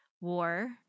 war